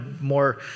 more